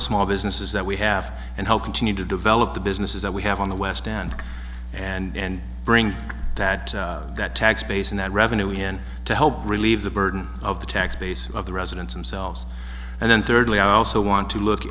the small businesses that we have and help continue to develop the businesses that we have on the web stand and bring that that tax base and that revenue in to help relieve the burden of the tax base of the residents themselves and then thirdly i also want to look